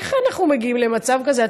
איך אנחנו מגיעים למצב כזה?